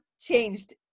changed